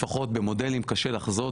לפחות במודלים קשה לחזות,